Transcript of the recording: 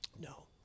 No